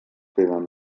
tenen